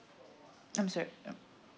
I'm sorry